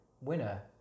winner